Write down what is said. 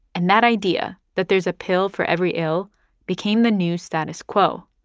and that idea that there's a pill for every ill became the new status quo.